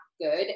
good